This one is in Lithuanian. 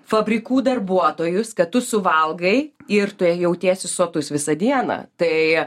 fabrikų darbuotojus kad tu suvalgai ir tu jautiesi sotus visą dieną tai